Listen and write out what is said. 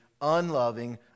unloving